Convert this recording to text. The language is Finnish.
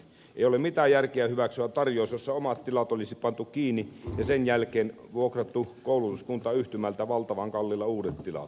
ei ole mitään järkeä hyväksyä tarjousta jossa omat tilat olisi pantu kiinni ja sen jälkeen vuokrattu koulutuskuntayhtymältä valtavan kalliilla uudet tilat